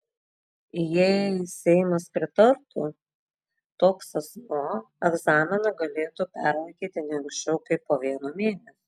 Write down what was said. jei seimas pritartų toks asmuo egzaminą galėtų perlaikyti ne anksčiau kaip po vieno mėnesio